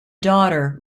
daughter